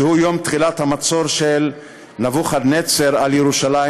שהוא יום תחילת המצור של נבוכדנצר על ירושלים,